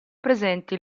presenti